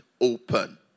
open